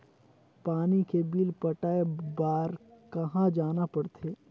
पानी के बिल पटाय बार कहा जाना पड़थे?